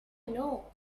know